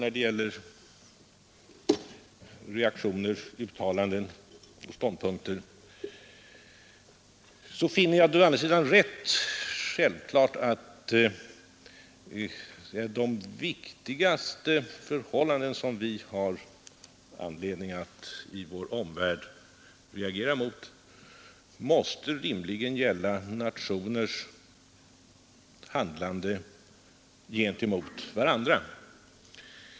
När det gäller uttalanden och ståndpunktstaganden från den svenska regeringens sida, finner jag det rätt självklart att de förhållanden i vår omvärld som vi har anledning att reagera inför, måste i första hand gälla nationers handlande gentemot varandra.